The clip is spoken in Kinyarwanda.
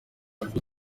album